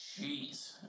Jeez